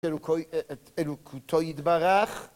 אלוקותו ידברך